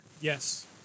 Yes